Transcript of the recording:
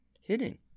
hitting